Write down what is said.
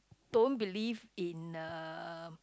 don't believe in uh